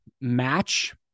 match